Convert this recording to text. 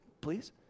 Please